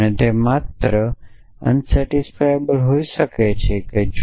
અને તે માત્ર અસંતોષકારક હોઈ શકે છે જો